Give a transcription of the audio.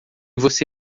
você